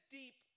deep